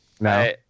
no